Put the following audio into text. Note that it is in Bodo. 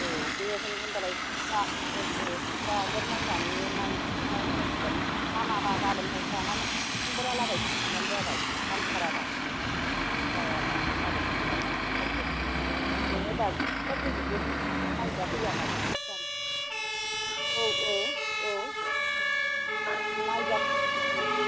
औ दे होनबालाय औ औ जाग्रोना नायनानै नायदो मोजाङै हामाबा गाबोनफोर जानानै समफोरहालागै फैफिनबानो जाबाय हामथाराबा जायाबा गाबोन रेस्ट लानानै समफोर नोङो डक्ट'र गिदिरजों नायजाफैयाबाबो औ औ औ नायजा औ